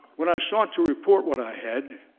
when i sought to report what i had,